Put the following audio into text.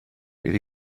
bydd